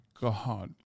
god